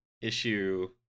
issue